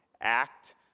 act